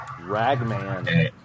Ragman